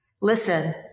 listen